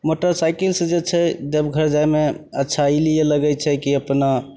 मोटरसाइकिलसे जे छै देवघर जाइमे अच्छा ई लिए लगै छै कि अपना